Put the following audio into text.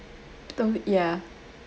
tho~ ya